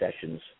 sessions